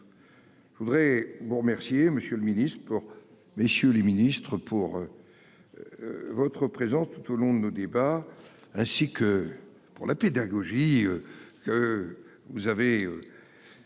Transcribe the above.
Je voudrais vous remercier, monsieur le Ministre pour messieurs les Ministres pour. Votre présence tout au long de nos débats, ainsi que pour la pédagogie. Vous avez.